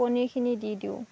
পনিৰখিনি দি দিওঁ